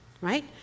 Right